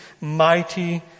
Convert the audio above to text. mighty